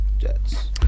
Jets